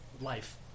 life